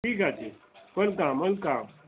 ঠিক আছে welcome welcome